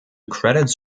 credits